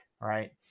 right